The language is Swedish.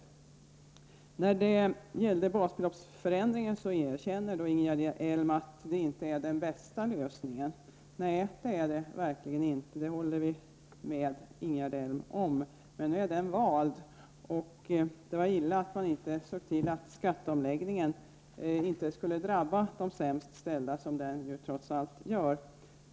Ingegerd Elm erkänner att basbeloppsförändringen inte är den bästa lösningen. Nej, det är den verkligen inte. Man valde den ändå, och det var illa att man inte såg till att skatteomläggningen inte skulle drabba de sämst ställda, som den trots allt gör.